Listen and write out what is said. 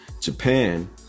Japan